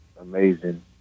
amazing